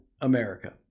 america